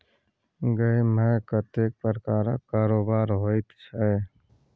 गै माय कतेक प्रकारक कारोबार होइत छै